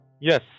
Yes